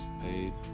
paid